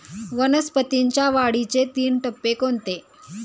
वनस्पतींच्या वाढीचे तीन टप्पे कोणते?